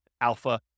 alpha